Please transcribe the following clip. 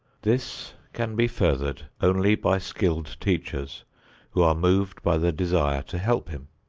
this can be furthered only by skilled teachers who are moved by the desire to help him.